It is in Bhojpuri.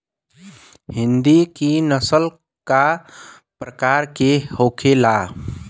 हिंदी की नस्ल का प्रकार के होखे ला?